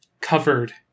covered